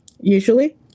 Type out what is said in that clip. usually